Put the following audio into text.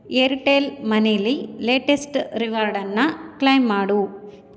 Airtel ಮನೀಲಿ latest ರಿವಾರ್ಡನ್ನು claim ಮಾಡು